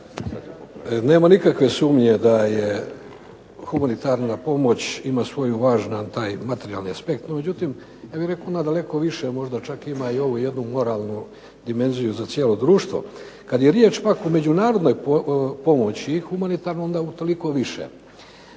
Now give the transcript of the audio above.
Nemamo nikakve sumnje da humanitarna pomoć ima svoj važan taj materijalan aspekt. No međutim, ja bih rekao nadaleko više možda čak ima i ovo jednu moralnu dimenziju za cijelo društvo. Kad je riječ pak o međunarodnoj pomoći humanitarnoj onda utoliko više.